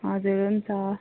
हजुर हुन्छ